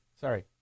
Sorry